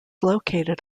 located